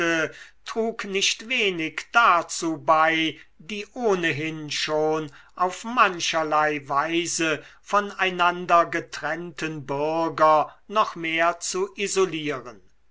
trug nicht wenig dazu bei die ohnehin schon auf mancherlei weise von einander getrennten bürger noch mehr zu isolieren